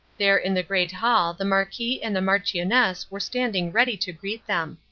there in the great hall the marquis and the marchioness were standing ready to greet them.